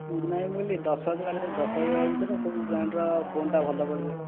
ନାହିଁ ମୁଁ କହିଲି ଦଶହଜାର ଦଶହଜାର ଭିତରେ କେଉଁ ବ୍ରାଣ୍ଡ ର ଫୋନ ଟା ଭଲ ପଡ଼ିବ